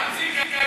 הבנתי.